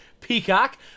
Peacock